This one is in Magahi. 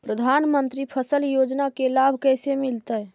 प्रधानमंत्री फसल योजना के लाभ कैसे मिलतै?